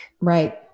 Right